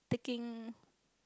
taking